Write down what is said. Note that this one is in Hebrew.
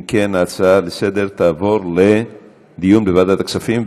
אם כן, ההצעה לסדר תועבר לדיון בוועדת הכספים.